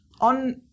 on